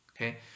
Okay